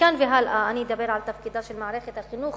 מכאן והלאה אני אדבר על תפקידה של מערכת החינוך